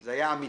זה היה אמתי.